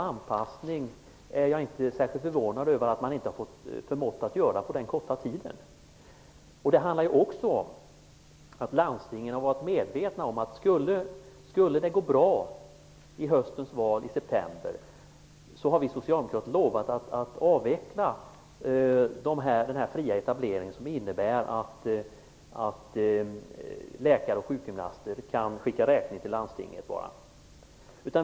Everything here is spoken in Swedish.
Jag är inte särskilt förvånad över att man inte förmått att göra den typen av anpassning på den korta tiden. Det handlar också om att landstingen har varit medvetna om att skulle det gå bra i höstens val i september har vi socialdemokrater lovat att avveckla den fria etableringen, som innebär att läkare och sjukgymnaster bara kan skicka räkning till landstingen.